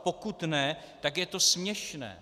Pokud ne, tak je to směšné.